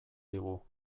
digu